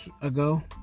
ago